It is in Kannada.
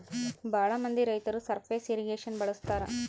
ಭಾಳ ಮಂದಿ ರೈತರು ಸರ್ಫೇಸ್ ಇರ್ರಿಗೇಷನ್ ಬಳಸ್ತರ